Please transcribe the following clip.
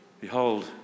Behold